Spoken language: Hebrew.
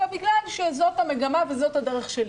אלא בגלל שזאת המגמה וזאת הדרך שלי.